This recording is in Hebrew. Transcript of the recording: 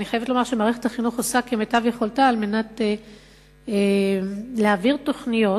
אני חייבת לומר שמערכת החינוך עושה כמיטב יכולתה על מנת להעביר תוכניות,